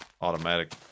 automatic